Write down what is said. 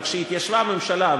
אבל כשהתיישבה הממשלה,